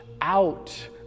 out